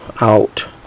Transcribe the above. out